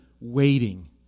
waiting